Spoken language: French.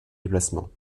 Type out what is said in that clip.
déplacement